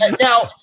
now